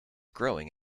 growing